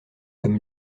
comme